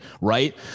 Right